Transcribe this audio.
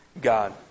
God